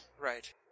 Right